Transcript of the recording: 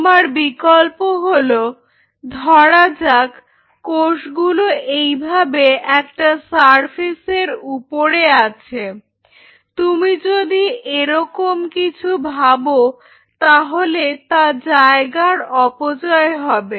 তোমার বিকল্প হল ধরা যাক কোষগুলো এইভাবে একটা সারফেসের উপরে আছে তুমি যদি এরকম কিছু ভাবো তাহলে তা জায়গার অপচয় হবে